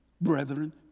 brethren